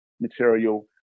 material